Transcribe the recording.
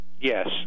Yes